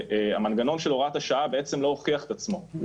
המנגנון של הוראת השעה בעצם לא הוכיח את עצמו.